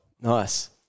Nice